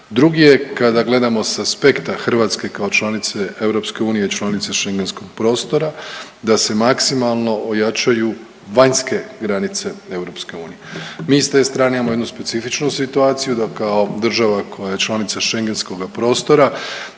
Drugi je kada gledamo s aspekta Hrvatske kao članice EU i članice šengenskog prostora, da se maksimalno ojačaju vanjske granice EU. Mi s te strane imamo jednu specifičnu situaciju, da kao država koja je članica šengenskoga prostora,